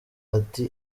ati